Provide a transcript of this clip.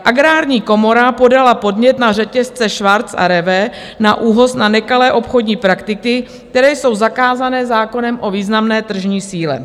Agrární komora podala podnět na řetězce Schwarz a Rewe na ÚOHS, na nekalé obchodní praktiky, které jsou zakázané zákonem o významné tržní síle.